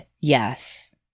Yes